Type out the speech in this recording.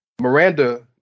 miranda